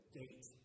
date